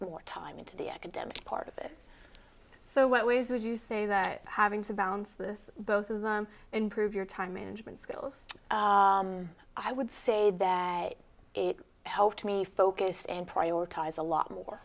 more time into the academic part of it so what was would you say that having to bounce this both of them and prove your time management skills i would say that it helped me focus and prioritize a lot more